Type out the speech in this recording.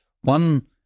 One